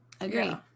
agree